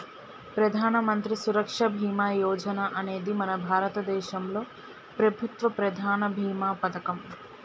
ప్రధానమంత్రి సురక్ష బీమా యోజన అనేది మన భారతదేశంలో ప్రభుత్వ ప్రధాన భీమా పథకం